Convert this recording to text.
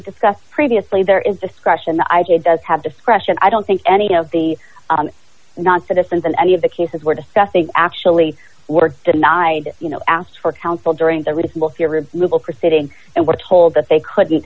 discussed previously there is discussion the idea does have discretion i don't think any of the non citizens in any of the cases we're discussing actually were denied you know asked for counsel during the referral to ribs legal proceeding and were told that they couldn't